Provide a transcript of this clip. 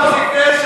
4.65?